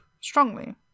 strongly